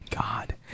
God